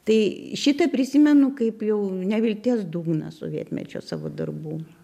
tai šitą prisimenu kaip jau nevilties dugną sovietmečio savo darbų